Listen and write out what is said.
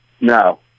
no